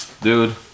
dude